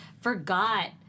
forgot